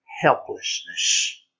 helplessness